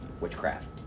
Witchcraft